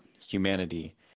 humanity